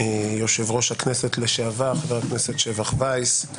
יושב-ראש הכנסת לשעבר, חבר הכנסת שבח וייס.